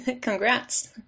congrats